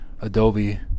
Adobe